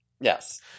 Yes